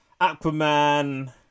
Aquaman